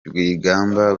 rwigamba